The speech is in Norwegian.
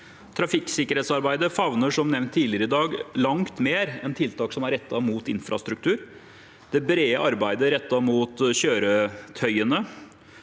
Trafikksikkerhetsarbeidet favner, som nevnt tidligere i dag, langt mer enn tiltak som er rettet mot infrastruktur. Det brede arbeidet rettet mot kjøretøyene